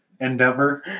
endeavor